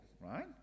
right